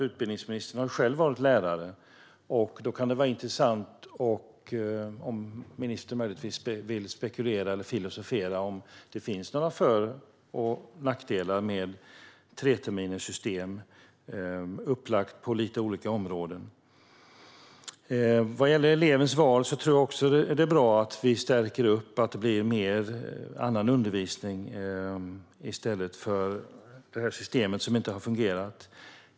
Utbildningsministern har ju själv varit lärare, och då kunde det vara intressant om ministern möjligtvis ville spekulera eller filosofera om det finns några för och nackdelar med treterminssystem, utifrån lite olika områden. Vad gäller elevens val tror jag också att det är bra att vi stärker upp så att det blir mer av annan undervisning i stället för detta system som inte har fungerat.